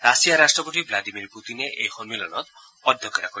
ৰাছিয়াৰ ৰাষ্টপতি ভাডিমিৰ পূটিনে এই সন্মিলনত অধ্যক্ষতা কৰিব